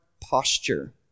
posture